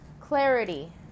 clarity